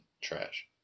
trash